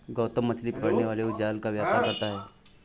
गौतम मछली पकड़ने वाले जाल का व्यापार करता है